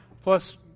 plus